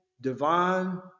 divine